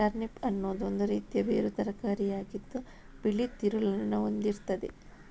turnip ಅನ್ನುದು ಒಂದು ರೀತಿಯ ಬೇರು ತರಕಾರಿ ಆಗಿದ್ದು ಬಿಳಿ ತಿರುಳನ್ನ ಹೊಂದಿರ್ತದೆ